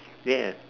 ya